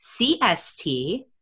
CST